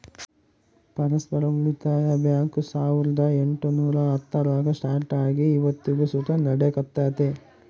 ಪರಸ್ಪರ ಉಳಿತಾಯ ಬ್ಯಾಂಕ್ ಸಾವುರ್ದ ಎಂಟುನೂರ ಹತ್ತರಾಗ ಸ್ಟಾರ್ಟ್ ಆಗಿ ಇವತ್ತಿಗೂ ಸುತ ನಡೆಕತ್ತೆತೆ